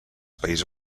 país